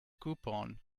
coupon